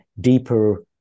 deeper